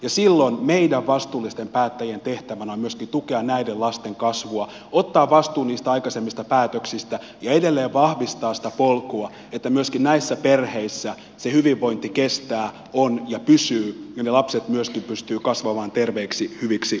ja silloin meidän vastuullisten päättäjien tehtävänä on myöskin tukea näiden lasten kasvua ottaa vastuu niistä aikaisemmista päätöksistä ja edelleen vahvistaa sitä polkua että myöskin näissä perheissä se hyvinvointi kestää on ja pysyy ja ne lapset myöskin pystyvät kasvamaan terveiksi hyviksi aikuisiksi